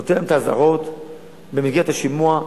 נותן את האזהרות במסגרת השימוע,